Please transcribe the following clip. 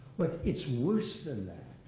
but it's worse than that,